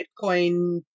Bitcoin